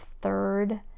third